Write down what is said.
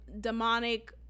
demonic